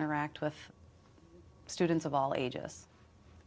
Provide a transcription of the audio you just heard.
interact with students of all ages